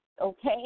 okay